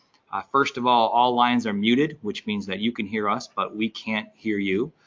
first of all, all lines are muted, which means that you can hear us, but we can't hear you.